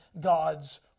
God's